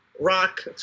Rock